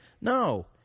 No